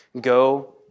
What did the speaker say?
Go